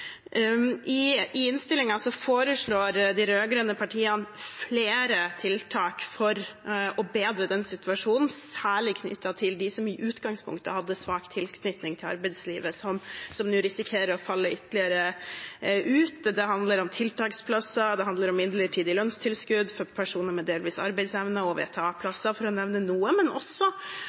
I innstilligen foreslår de rød-grønne partiene flere tiltak for å bedre situasjonen, særlig knyttet til dem som i utgangspunktet hadde svak tilknytning til arbeidslivet, og som nå risikerer å falle ytterligere ut. Det handler om tiltaksplasser, det handler om midlertidige lønnstilskudd for personer med delvis arbeidsevne og VTA-plasser, for å nevne noe, men også